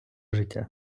життя